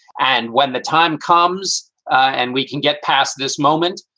and when the time comes and we can get past this moment,